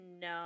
No